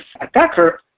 attacker